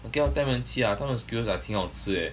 okay lor 带你们去 ah 他们的 skewers I think 好吃 eh